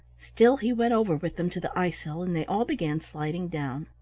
still he went over with them to the icehill and they all began sliding down.